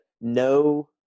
no